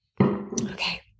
Okay